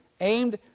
aimed